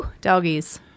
Doggies